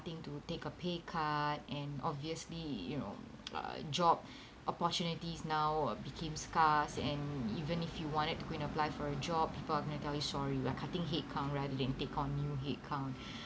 to take a pay cut and obviously you know uh job opportunities now uh became scarce and even if you wanted to go and apply for a job people are going to tell you sorry we're cutting headcount rather than take on new headcount